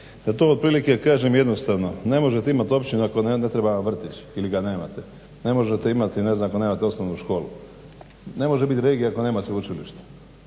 Da to otprilike kažem jednostavno, ne možete imati općine ako ne treba vam vrtić ili ga nemate. Ne možete imati ne znam ako nemate osnovnu školu. Ne može biti regija ako nema sveučilišta.